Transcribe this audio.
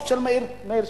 של מאיר שטרית.